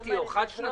דו-שנתי או חד-שנתי?